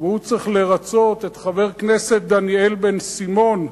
והוא צריך לרצות את חבר הכנסת דניאל בן-סימון.